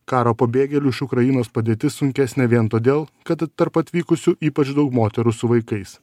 karo pabėgėlių iš ukrainos padėtis sunkesnė vien todėl kad tarp atvykusių ypač daug moterų su vaikais